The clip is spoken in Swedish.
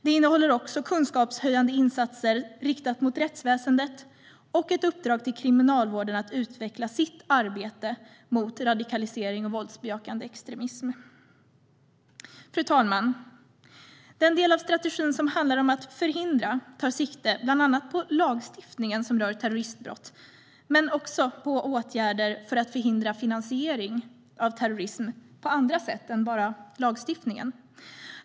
Det handlar också om kunskapshöjande insatser riktade mot rättsväsendet och ett uppdrag till Kriminalvården att utveckla sitt arbete mot radikalisering och våldsbejakande extremism. Fru talman! Den del av strategin som handlar om att förhindra tar sikte bland annat på lagstiftningen som rör terroristbrott men också på åtgärder för att förhindra finansiering av terrorism på andra sätt än bara genom lagstiftningen.